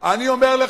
לא אומר.